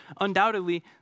undoubtedly